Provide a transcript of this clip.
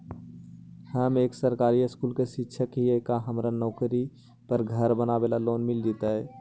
हम एक सरकारी स्कूल में शिक्षक हियै का हमरा नौकरी पर घर बनाबे लोन मिल जितै?